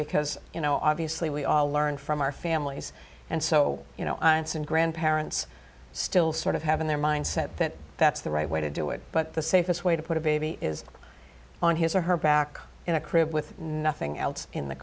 because you know obviously we all learn from our families and so you know grandparents still sort of have in their mind set that that's the right way to do it but the safest way to put a baby is on his or her back in a crib with nothing else in the